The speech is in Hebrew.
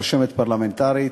רשמת פרלמנטרית,